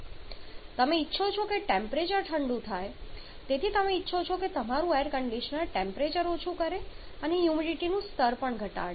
તમે ઇચ્છો છો કે ટેમ્પરેચર ઠંડુ થાય તેથી તમે ઇચ્છો છો કે તમારું એર કન્ડીશનર ટેમ્પરેચર ઓછું કરે અને હ્યુમિડિટીનું સ્તર પણ ઘટાડે